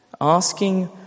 Asking